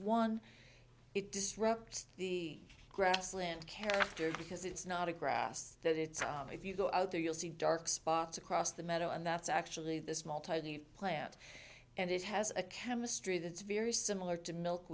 one it disrupts the grassland character because it's not a grass that it's if you go out there you'll see dark spots across the meadow and that's actually this small tiny plant and it has a chemistry that's very similar to milk